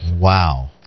Wow